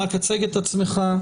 רק הצג את עצמך.